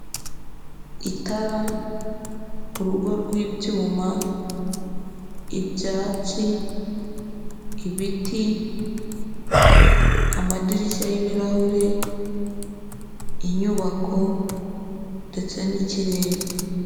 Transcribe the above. Itara, urugo rw'ibyuma, ibyatsi, ibiti, amadirishya y'ibirahure, inyubako ndetse n'ikirere.